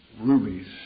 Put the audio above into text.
Rubies